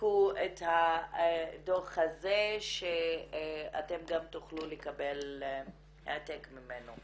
הפיקו את הדו"ח הזה שאתם גם תוכלו לקבל העתק ממנו.